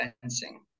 fencing